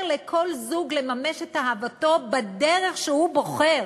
לכל זוג לממש את אהבתו בדרך שהוא בוחר,